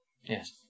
yes